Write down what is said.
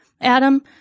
Adam